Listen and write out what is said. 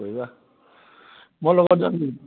কৰিবা মই লগত যাম